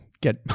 get